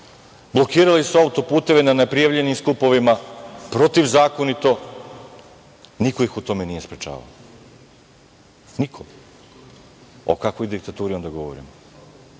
blokirali su autoputeve na neprijavljenim skupovima protivzakonito i niko ih u tome nije sprečavao. Niko. O kakvoj diktaturi onda govorimo?O